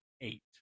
eight